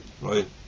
Right